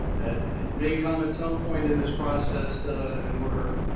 that it may come at some point in this process that ah an order,